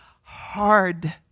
hard